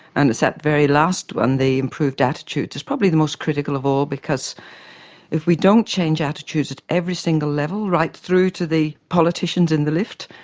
and it's that very last one, the improved attitudes that's probably the most critical of all because if we don't change attitudes at every single level, right through to the politicians in the lift,